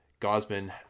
Gosman